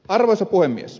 arvoisa puhemies